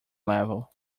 level